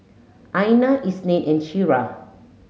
Aina Isnin and Syirah